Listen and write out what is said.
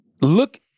Look